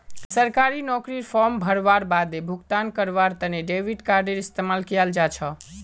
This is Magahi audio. सरकारी नौकरीर फॉर्म भरवार बादे भुगतान करवार तने डेबिट कार्डडेर इस्तेमाल कियाल जा छ